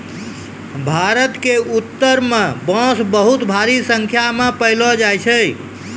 भारत क उत्तरपूर्व म बांस बहुत भारी संख्या म पयलो जाय छै